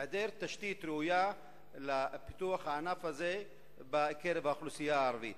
העדר תשתית ראויה לפיתוח הענף הזה באוכלוסייה הערבית.